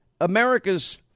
America's